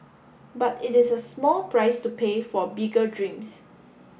but it is a small price to pay for bigger dreams